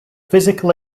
physical